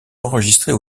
enregistrées